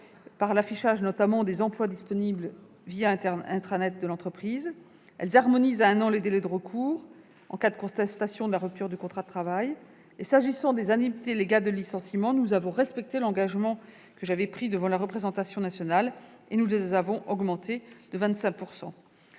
par l'affichage des emplois disponibles ou grâce à l'intranet de l'entreprise. Elles harmonisent à un an les délais de recours en cas de contestation de la rupture du contrat de travail. S'agissant des indemnités légales de licenciement, nous avons respecté l'engagement pris devant la représentation nationale. Nous les avons augmentées de 25 %.